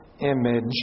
image